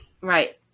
Right